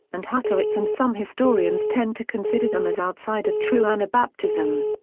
and hutterites and some historians tend to consider them as outside of true anabaptism.